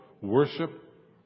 worship